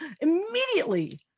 immediately